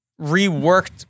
reworked